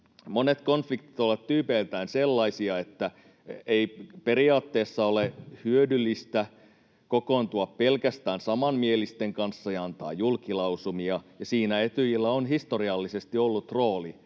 monet konfliktit ovat tyypeiltään sellaisia, että ei periaatteessa ole hyödyllistä kokoontua pelkästään samanmielisten kanssa ja antaa julkilausumia, ja siinä Etyjillä on historiallisesti ollut rooli,